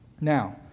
Now